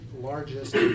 largest